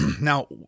Now